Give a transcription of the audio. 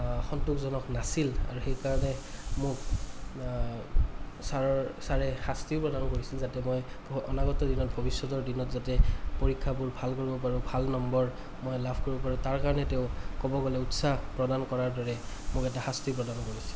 সন্তোষজনক নাছিল আৰু সেইকাৰণে মোক ছাৰৰ ছাৰে শাস্তিও প্ৰদান কৰিছিল যাতে মই ভ অনাগত দিনত ভৱিষ্য়তৰ দিনত যাতে পৰীক্ষাবোৰ ভাল কৰিব পাৰোঁ ভাল নম্বৰ মই লাভ কৰিব পাৰোঁ তাৰকাৰণে তেওঁ ক'ব গ'লে উৎসাহ প্ৰদান কৰাৰ দৰে মোক এটা শাস্তি প্ৰদান কৰিছিল